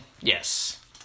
Yes